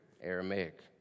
Aramaic